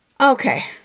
Okay